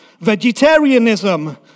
vegetarianism